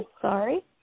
sorry